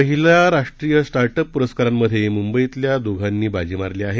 पहिला राष्ट्रीय startup प्रस्कारामध्ये मुंबईतल्या दोघांनी बाजी मारली आहे